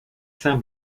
saint